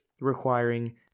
requiring